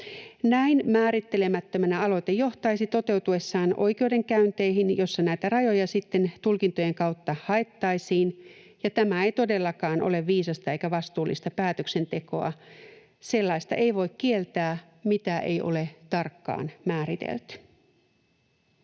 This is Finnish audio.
Näin määrittelemättömänä aloite johtaisi toteutuessaan oikeudenkäynteihin, joissa näitä rajoja sitten tulkintojen kautta haettaisiin, ja tämä ei todellakaan ole viisasta eikä vastuullista päätöksentekoa. Sellaista ei voi kieltää, mitä ei ole tarkkaan määritelty.